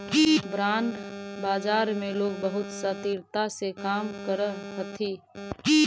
bond बाजार में लोग बहुत शातिरता से काम करऽ हथी